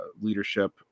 leadership